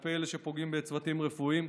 כלפי אלה שפוגעים בצוותים רפואיים.